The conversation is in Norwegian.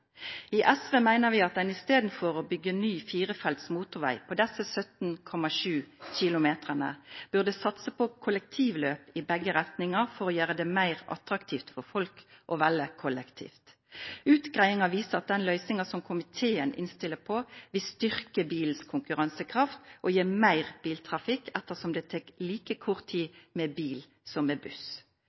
I SV mener vi at en istedenfor å bygge ny firefelts motorvei på disse 17,7 km burde satse på kollektivløp i begge retninger for å gjøre det mer attraktivt for folk å velge kollektivt. Utredninger viser at den løsningen som komiteen innstiller på, vil styrke bilens konkurransekraft og gi mer biltrafikk, ettersom det tar like kort tid med bil som med buss.